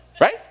right